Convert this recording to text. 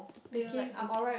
do you like baking